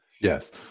Yes